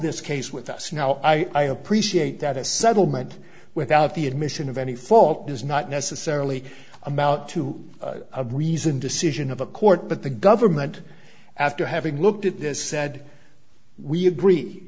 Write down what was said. this case with us now i am appreciative that a settlement without the admission of any fault does not necessarily amount to a reasoned decision of a court but the government after having looked at this said we agree